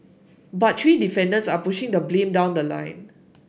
but three defendants are pushing the blame down the line